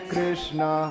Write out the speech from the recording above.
Krishna